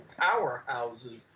powerhouses